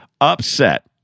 upset